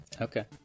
Okay